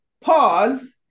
pause